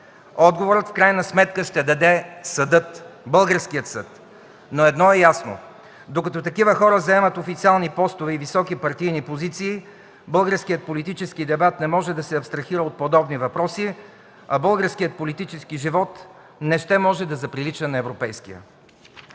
Отговор в крайна сметка ще даде съдът, българският съд! Но едно е ясно: докато такива хора заемат официални постове и високи партийни позиции, българският политически дебат не може да се абстрахира от подобни въпроси, а българският политически живот не ще може да заприлича на европейския.